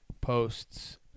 posts